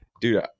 Dude